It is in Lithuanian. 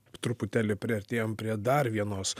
truputėlį priartėjom prie dar vienos